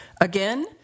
Again